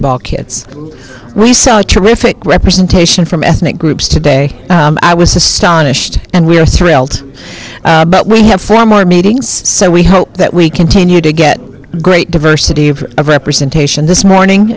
all kids we saw a terrific representation from ethnic groups today i was astonished and we're thrilled but we have far more meetings so we hope that we continue to get great diversity of of representation this morning